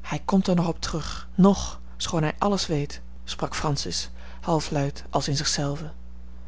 hij komt er nog op terug ng schoon hij alles weet sprak francis halfluid als in